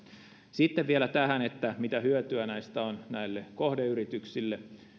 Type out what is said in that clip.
sitten vielä tähän että mitä hyötyä näistä on näille kohdeyrityksille